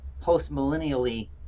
post-millennially